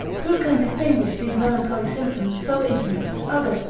who can distinguish these melancholy symptoms so intermixed with others,